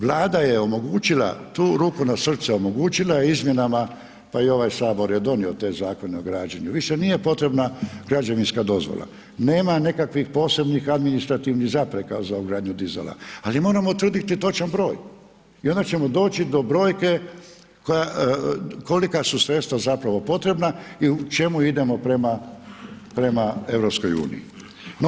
Vlada je omogućila tu ruku na srce, omogućila izmjenama pa i ovaj Sabor je donio taj Zakon o građenju, više nije potrebna građevinska dozvola, nema nekakvih posebnih administrativnih zapreka za ugradnju dizala ali moramo utvrditi točan broj i onda ćemo doći do brojke kolika su sredstva zapravo potrebna u čemu idemo prema EU-u.